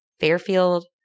Fairfield